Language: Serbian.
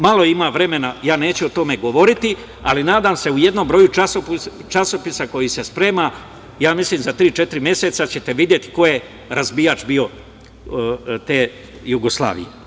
Malo ima vremena, ja neću o tome govoriti, ali nadam se u jednom broju časopisa koji se sprema, ja mislim za tri, četiri meseca ćete videti ko je razbijač bio te Jugoslavije.